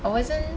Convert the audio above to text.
I wasn't